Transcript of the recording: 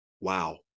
Wow